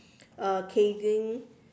uh casing